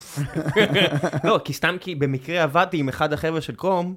לא כי סתם כי במקרה עבדתי עם אחד החבר'ה של קום.